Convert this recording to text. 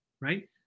right